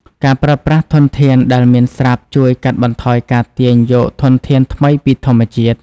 ការប្រើប្រាស់ធនធានដែលមានស្រាប់ជួយកាត់បន្ថយការទាញយកធនធានថ្មីពីធម្មជាតិ។